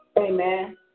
amen